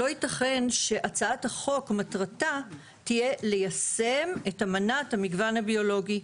לא ייתכן שהצעת החוק מטרתה תהיה ליישם את אמנת המגוון הביולוגי,